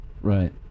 Right